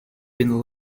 been